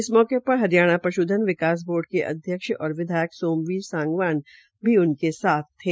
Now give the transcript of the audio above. इस मौके पर हरियाणा पश्धन विकास बोर्ड के अध्यक्ष और विधायक सोमवीर सांगवान भी उनके साथ थे